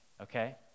okay